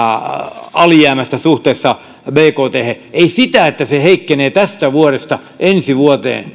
alijäämästä suhteessa bkthen ei meidän ikärakenteemme selitä sitä että se heikkenee tästä vuodesta ensi vuoteen